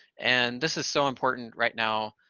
and this is so important right now,